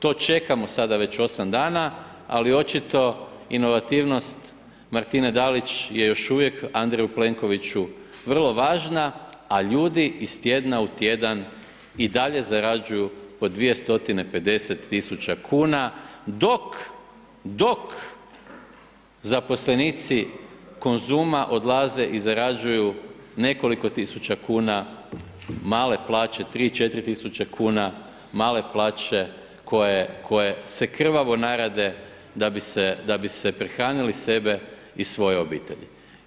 To čekamo sada već 8 dana, ali očito, inovativnost, Martine Dalić je još uvijek Andreju Plenkoviću vrlo važna, a ljudi iz tjedna u tjedan i dalje zarađuju po 250000 kuna, dok zaposlenici Konzuma odlaze i zarađuju nekoliko tisuća kuna, male plaće, 3, 4 tisuće kuna, male plaće, koje se krvavo narade, da bi se prehranile sebe i svoje obitelji.